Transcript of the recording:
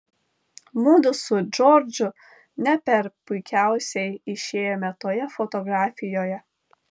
mudu su džordžu ne per puikiausiai išėjome toje fotografijoje